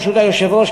ברשות היושב-ראש,